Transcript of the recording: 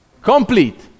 complete